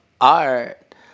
art